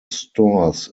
stores